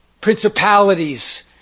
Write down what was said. principalities